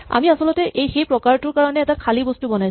আমি আচলতে সেই প্ৰকাৰটোৰ কাৰণে এটা খালী বস্তু বনাইছো